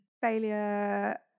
failure